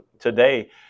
today